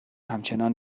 همچنان